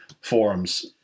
forums